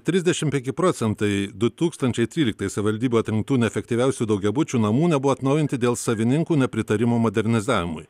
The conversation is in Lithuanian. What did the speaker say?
trisdešim penki procentai du tūkstančiai tryliktais savivaldybių atrinktų neefektyviausių daugiabučių namų nebuvo atnaujinti dėl savininkų nepritarimo modernizavimui